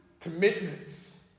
commitments